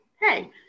hey